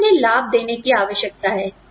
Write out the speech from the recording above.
हमें उन्हें लाभ देने की आवश्यकता है